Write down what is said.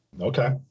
Okay